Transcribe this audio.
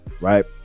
right